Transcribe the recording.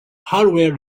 hardware